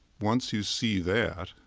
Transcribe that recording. once you see that,